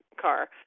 car